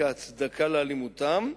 כהצדקה לאלימותם.